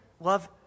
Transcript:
love